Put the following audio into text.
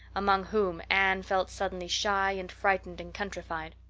among whom anne felt suddenly shy and frightened and countrified.